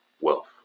wealth